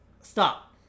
stop